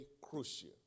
crucial